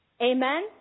Amen